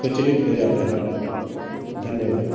स्वचलित हो जाता है धन्यवाद